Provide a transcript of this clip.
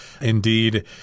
Indeed